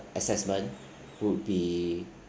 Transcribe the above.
assessment would be